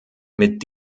mit